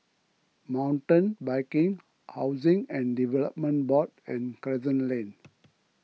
Mountain Biking Housing and Development Board and Crescent Lane